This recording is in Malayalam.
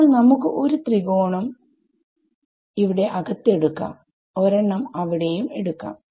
ഇപ്പോൾ നമുക്ക് ഒരു ത്രികൊണം ഇവിടെ അകത്തു എടുക്കാം ഒരെണ്ണം അവിടെയും എടുക്കാം